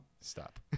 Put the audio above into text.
Stop